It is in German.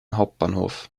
hauptbahnhof